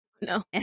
no